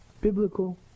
biblical